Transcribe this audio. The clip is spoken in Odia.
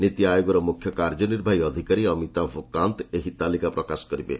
ନୀତି ଆୟୋଗର ମୁଖ୍ୟ କାର୍ଯ୍ୟନିର୍ବାହୀ ଅଧିକାରୀ ଅମିତାଭ କାନ୍ତ ଏହି ତାଲିକା ପ୍ରକାଶ କରିବେ